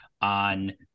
on